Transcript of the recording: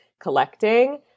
collecting